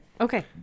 Okay